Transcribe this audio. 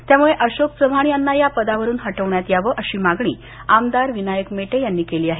त्यामुळे अशोक चव्हाण यांना या पदावरून हटवण्यात यावे अशी मागणी आमदार विनायक मेटे यांनी केली आहे